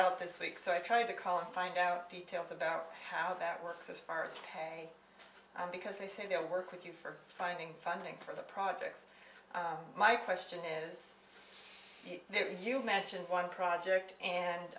out this week so i tried to call and find out details about how that works as far as pay because they say they'll work with you for finding funding for the projects my question is there you mentioned one project and